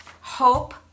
hope